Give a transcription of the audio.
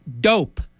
dope